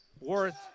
Worth